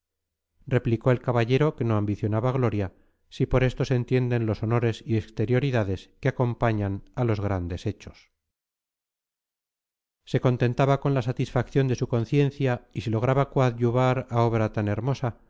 replicó el caballero que no ambicionaba gloria si por esto se entienden los honores y exterioridades que acompañan a los grandes hechos se contentaba con la satisfacción de su conciencia y si lograba coadyuvar a obra tan hermosa